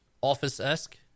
Office-esque